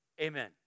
Amen